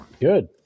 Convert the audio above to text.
good